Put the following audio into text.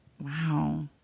Wow